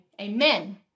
amen